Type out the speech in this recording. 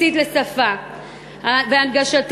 ילדים מבית עולים הייתה עשויה להימנע לו רק הייתה שפה משותפת.